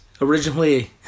Originally